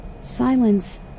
Silence